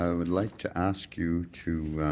ah would like to ask you to